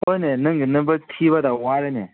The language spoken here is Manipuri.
ꯍꯣꯏꯅꯦ ꯅꯪꯒꯤ ꯅꯝꯕꯔ ꯊꯤꯕꯗ ꯋꯥꯔꯦꯅꯦ